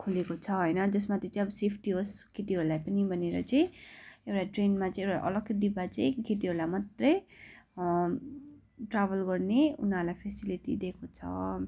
खोलेको छ होइन त्यस माथि चाहिँ अब सेफ्टी होस् केटीहरूलाई पनि भनेर चाहिँ एउटा ट्रेनमा चाहिँ एउटा अलग्गै डिब्बा चाहिँ केटीहरूलाई मात्रै ट्राभल गर्ने उनीहरूलाई फ्यासिलिटी दिएको छ